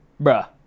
bruh